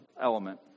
element